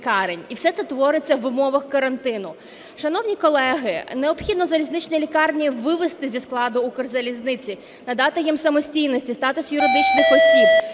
і все це твориться в умовах карантину. Шановні колеги, необхідно залізничні лікарні вивести зі складу Укрзалізниці, надати їм самостійності, статусу юридичних осіб,